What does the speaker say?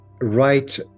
Right